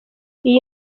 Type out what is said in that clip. iyi